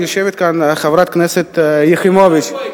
יושבת כאן חברת הכנסת יחימוביץ,